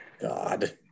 God